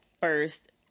first